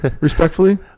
respectfully